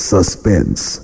Suspense